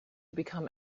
become